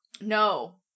no